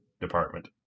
department